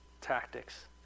tactics